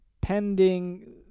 pending